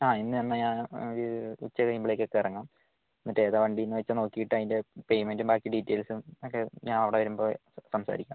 ആ ഇന്നുതന്നെ ഞാനൊരു ഉച്ച കഴിയുമ്പോഴത്തേക്കൊക്കെ ഇറങ്ങാം എന്നിട്ട് ഏതാണ് വണ്ടിയെന്നുവെച്ചാല് നോക്കിയിട്ട് അതിന്റെ പേയ്മെൻറ്റും ബാക്കി ഡീറ്റെയ്ൽസുമൊക്കെ ഞാന് അവിടെ വരുമ്പോള് സംസാരിക്കാം